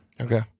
Okay